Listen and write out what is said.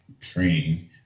training